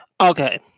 Okay